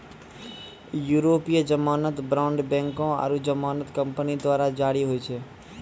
यूरोपीय जमानत बांड बैंको आरु जमानत कंपनी द्वारा जारी होय छै